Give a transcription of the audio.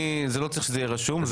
לא צריך שזה יהיה רשום,